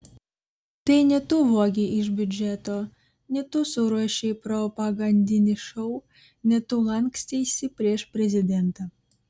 tai ne tu vogei iš biudžeto ne tu suruošei propagandinį šou ne tu lanksteisi prieš prezidentą